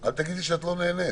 אל תגידי שאת לא נהנית.